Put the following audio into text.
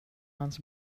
hans